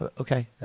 Okay